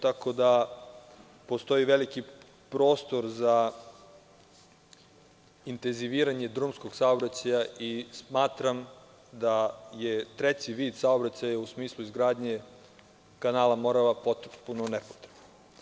Tako da postoji veliki prostor za intenziviranje drumskog saobraćaja i smatram da je treći vid saobraćaja, u smislu izgradnje kanala Morava potpuno nepotreban.